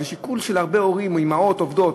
והשיקול של הרבה הורים או אימהות עובדות,